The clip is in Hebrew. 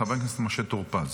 חבר הכנסת משה טור פז.